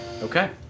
Okay